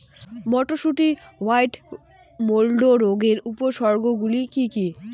মটরশুটির white mould রোগের উপসর্গগুলি কী কী?